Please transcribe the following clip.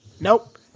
Nope